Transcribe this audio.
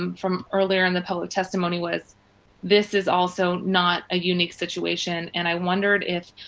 um from earlier in the public testimony, was this is also not a unique situation, and i wondered if